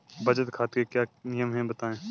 बचत खाते के क्या नियम हैं बताएँ?